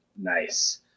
Nice